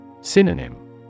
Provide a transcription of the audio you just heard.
Synonym